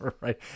Right